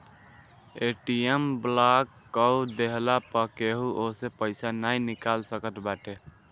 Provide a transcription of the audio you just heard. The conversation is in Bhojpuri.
ए.टी.एम ब्लाक कअ देहला पअ केहू ओसे पईसा नाइ निकाल सकत बाटे